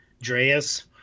drea's